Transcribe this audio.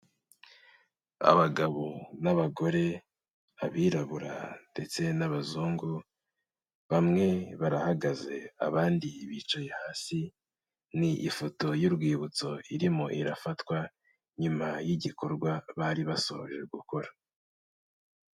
Abagabo n'abagore, abirabura ndetse n'abazungu, bamwe barahagaze abandi bicaye hasi, ni ifoto y'urwibutso irimo irafatwa nyuma y'igikorwa bari basoje gukora.